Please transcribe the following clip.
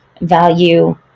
value